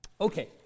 Okay